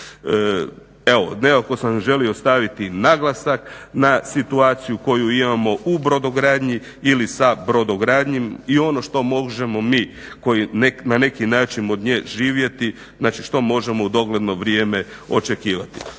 Evo nekako sam želio staviti naglasak na situaciju koju imamo u brodogradnji ili sa brodogradnjom i ono što možemo mi koji na neki način od nje živjeti, znači što možemo u dogledno vrijeme očekivati.